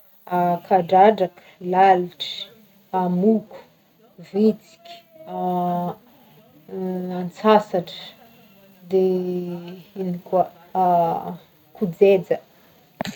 kadradraka, lalitry, amoko, vitsiky, antsasatra, de ino koa, kojeja.